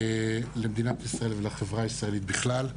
דיון ראשון הבוקר בסוגיית עידוד תרבות בנגב ובגליל.